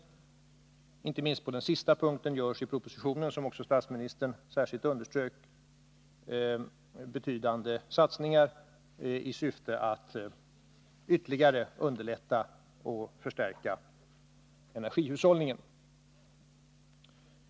Inte minst på det sista området görs i propositionen, som också statsministern särskilt underströk, betydande satsningar i syfte att underlätta och förstärka energihushållningen.